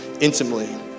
intimately